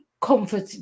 comfort